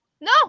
No